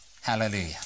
Hallelujah